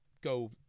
go